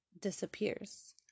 disappears